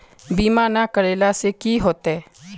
बीमा ना करेला से की होते?